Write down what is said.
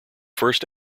first